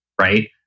right